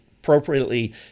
appropriately